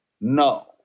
no